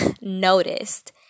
noticed